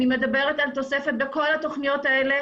אני מדברת על תוספת בכל התוכניות האלה